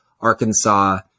Arkansas